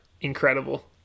incredible